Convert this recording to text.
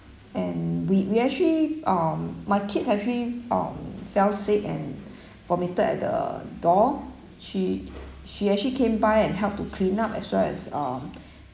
and we we actually um my kids actually um fell sick and vomited at the door she she actually came by and helped to clean up as well as um